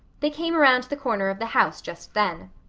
they came around the corner of the house just then.